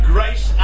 Grace